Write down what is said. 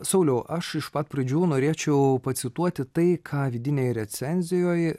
sauliau aš iš pat pradžių norėčiau pacituoti tai ką vidinėj recenzijoj